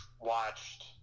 watched